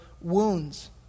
wounds